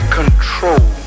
control